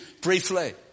briefly